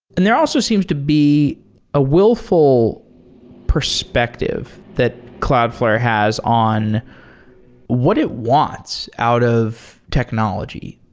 and there also seems to be a willful perspective that cloudflare has on what it wants out of technology,